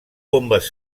bombes